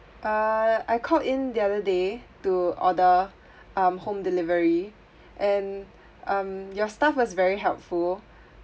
uh I called in the other day to order um home delivery and um your staff was very helpful